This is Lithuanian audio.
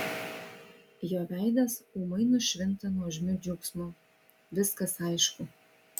jo veidas ūmai nušvinta nuožmiu džiaugsmu viskas aišku